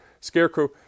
scarecrow